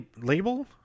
label